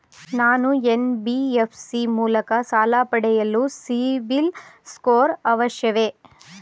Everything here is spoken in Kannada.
ನಾನು ಎನ್.ಬಿ.ಎಫ್.ಸಿ ಮೂಲಕ ಸಾಲ ಪಡೆಯಲು ಸಿಬಿಲ್ ಸ್ಕೋರ್ ಅವಶ್ಯವೇ?